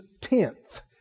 tenth